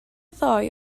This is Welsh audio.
ddoe